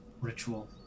ritual